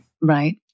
Right